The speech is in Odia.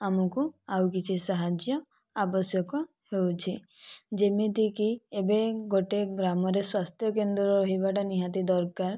ଆମକୁ ଆଉ କିଛି ସାହାଯ୍ୟ ଆବଶ୍ୟକ ହେଉଛି ଯେମିତିକି ଏବେ ଗୋଟିଏ ଗ୍ରାମରେ ସ୍ଵାସ୍ଥ୍ୟ କେନ୍ଦ୍ର ରହିବାଟା ନିହାତି ଦରକାର